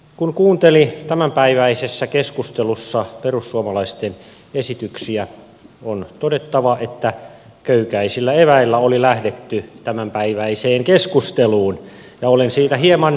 kun kuunteli tämänpäiväisessä keskustelussa perussuomalaisten esityksiä on todettava että köykäisillä eväillä oli lähdetty tämänpäiväiseen keskusteluun ja olen siitä hieman pettynyt